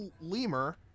lemur